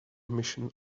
emission